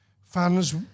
fans